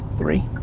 three.